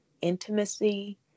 intimacy